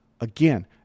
again